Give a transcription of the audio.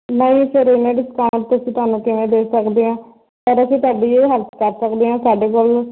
ਨਹੀਂ ਸਰ ਇੰਨਾ ਡਿਸਕਾਊਂਟ ਅਸੀਂ ਤੁਹਾਨੂੰ ਕਿਵੇਂ ਦੇ ਸਕਦੇ ਹਾਂ ਪਰ ਅਸੀਂ ਤੁਹਾਡੀ ਇਹ ਹੈਲਪ ਕਰ ਸਕਦੇ ਹਾਂ ਸਾਡੇ ਕੋਲ